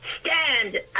Stand